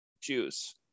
juice